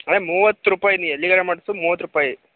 ಅದೆ ಮೂವತ್ತು ರೂಪಾಯಿ ನೀ ಎಲ್ಲಿಗಾರ ಮಾಡಿಸ ಮೂವತ್ ರುಪಾಯಿ